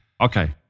Okay